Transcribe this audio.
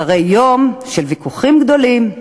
אחרי יום של ויכוחים גדולים,